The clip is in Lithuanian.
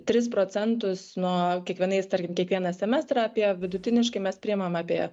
tris procentus nuo kiekvienais tarkim kiekvieną semestrą apie vidutiniškai mes priimam apie